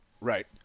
Right